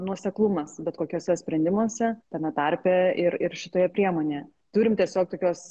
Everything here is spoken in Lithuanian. nuoseklumas bet kokiuose sprendimuose tame tarpe ir ir šitoje priemonėje turim tiesiog tokios